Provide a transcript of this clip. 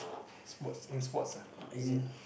sports in sports lah easy